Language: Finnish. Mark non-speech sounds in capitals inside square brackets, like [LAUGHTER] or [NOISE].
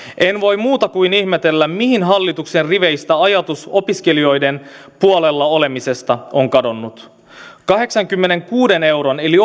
en voi muuta kuin ihmetellä mihin hallituksen riveistä ajatus opiskelijoiden puolella olemisesta on kadonnut opintorahan kahdeksankymmenenkuuden euron eli [UNINTELLIGIBLE]